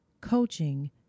coaching